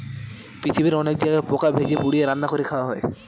পৃথিবীর অনেক জায়গায় পোকা ভেজে, পুড়িয়ে, রান্না করে খাওয়া হয়